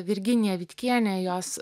virginija vitkienė jos